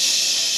ששש.